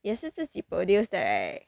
也是自己 produce 的 right